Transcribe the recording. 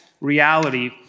reality